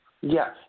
Yes